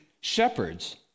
shepherds